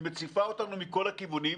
היא מציפה אותנו מכל הכיוונים.